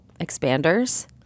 expanders